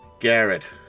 Garrett